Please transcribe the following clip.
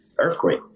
Earthquake